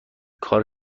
کار